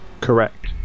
correct